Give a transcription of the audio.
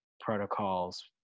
protocols